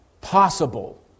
possible